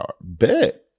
bet